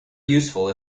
useful